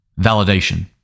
Validation